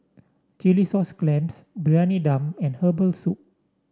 Chilli Sauce Clams Briyani Dum and Herbal Soup